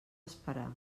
esperar